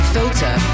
Filter